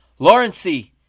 Lawrencey